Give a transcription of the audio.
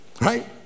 Right